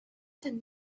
that